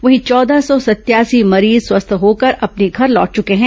वहीं चौदह सौ सतासी मरीज स्वस्थ होकर अपने घर लौट चुके हैं